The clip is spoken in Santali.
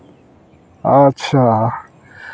ᱟᱪᱪᱷᱟ